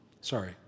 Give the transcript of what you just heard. Sorry